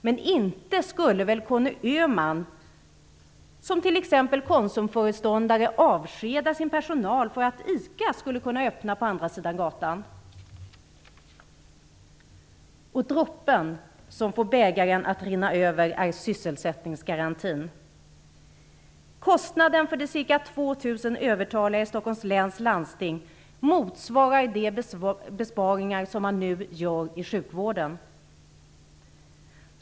Men inte skulle väl Conny Öhman som t.ex. Konsumföreståndare avskeda sin personal för att ICA skulle kunna öppna på andra sidan gatan? Droppen som får bägaren att rinna över är sysselsättningsgarantin. Kostnaden för de ca 2 000 övertaliga i Stockholms läns landsting motsvarar de besparingar som man nu gör i sjukvården.